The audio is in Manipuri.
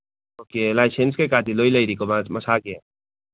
ꯑꯣꯀꯦ ꯂꯥꯏꯁꯦꯟꯁ ꯀꯩꯀꯥꯗꯤ ꯂꯣꯏ ꯂꯩꯔꯤꯀꯣ ꯃꯁꯥꯒꯤ